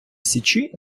січі